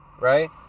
right